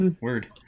word